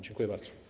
Dziękuję bardzo.